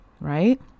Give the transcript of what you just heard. right